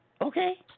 Okay